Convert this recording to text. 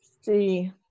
see